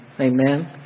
Amen